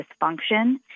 dysfunction